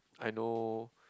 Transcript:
I know